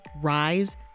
rise